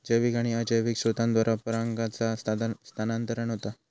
जैविक आणि अजैविक स्त्रोतांद्वारा परागांचा स्थानांतरण होता